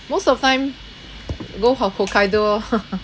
most of the time go ho~ hokkaido orh